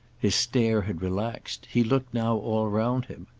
his stare had relaxed he looked now all round him.